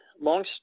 long